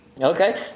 Okay